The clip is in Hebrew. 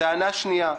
הטענה השנייה,